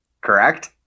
correct